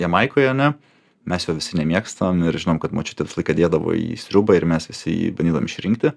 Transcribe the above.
jamaikoj ane mes jo visi nemėgstam ir žinom kad močiutė visą laiką dėdavo į sriubą ir mes visi jį bandydavom išrinkti